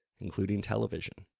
including television.